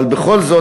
אבל בכל זאת,